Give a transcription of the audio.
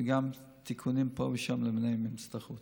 וגם יהיו תיקונים פה ושם למליאה, אם הם יצטרכו.